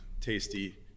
tasty